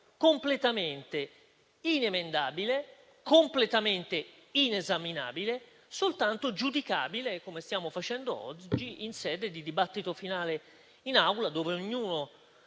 completamente inemendabile e inesaminabile, ma soltanto giudicabile - come stiamo facendo oggi - in sede di dibattito finale in Aula, dove ognuno